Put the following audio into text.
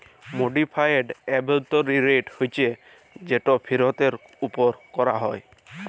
modified অভ্যলতরিল rate হছে যেট ফিরতের উপর ক্যরা হ্যয়